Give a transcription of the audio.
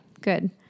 Good